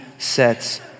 sets